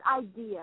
idea